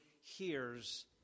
hears